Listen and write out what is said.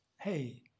hey